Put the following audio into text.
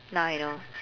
now I know